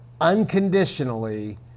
unconditionally